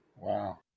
Wow